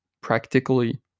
practically